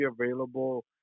available